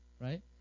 right